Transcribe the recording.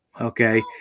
Okay